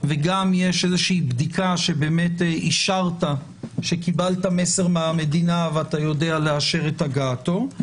וגם יש איזה בדיקה שאישרת שקיבלת מסר מהמדינה ואתה יודע לאשר את הגעתו,